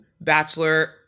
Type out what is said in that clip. bachelor